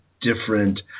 different